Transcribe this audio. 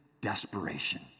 desperation